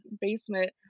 basement